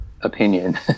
opinion